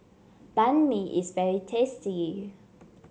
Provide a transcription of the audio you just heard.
Banh Mi is very tasty